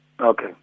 Okay